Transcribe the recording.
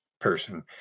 person